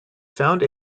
found